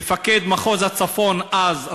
מפקד פיקוד הצפון אז,